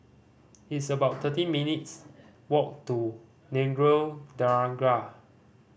it's about thirty minutes' walk to Nagore Dargah